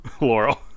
Laurel